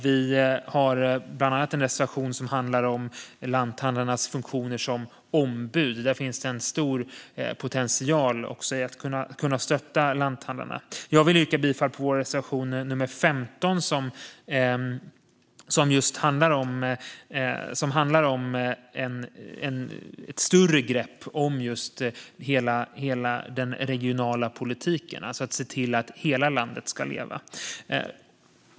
Vi har bland annat en reservation som handlar om lanthandlarnas funktion som ombud. Där finns det en stor potential i att kunna stötta lanthandlarna. Jag vill yrka bifall till vår reservation nummer 15, som handlar om ett större grepp om hela den regionala politiken - att se till att hela landet ska leva.